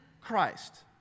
Christ